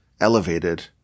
elevated